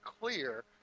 clear